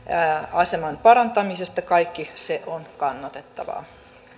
aseman parantamisesta on kannatettavaa